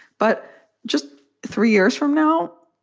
but just three years from now,